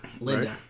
Linda